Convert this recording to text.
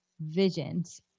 visions